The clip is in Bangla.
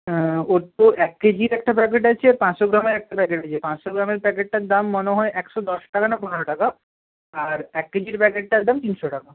হ্যাঁ ওর তো এক কেজির একটা প্যাকেট আছে আর পাঁচশো গ্রামের একটা প্যাকেট আছে পাঁচশো গ্রামের প্যাকেটটার দাম মনে হয় একশো দশ টাকা না পনেরো টাকা আর এক কেজির প্যাকেটটার দাম তিনশো টাকা